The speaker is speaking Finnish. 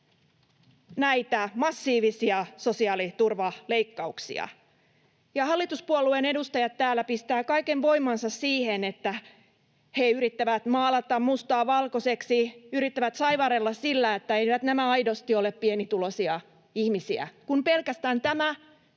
näitä massiivisia sosiaaliturvaleikkauksia. Hallituspuolueiden edustajat täällä pistävät kaiken voimansa siihen, että he yrittävät maalata mustaa valkoiseksi, yrittävät saivarrella sillä, että eivät nämä aidosti ole pienituloisia ihmisiä. Pelkästään tämä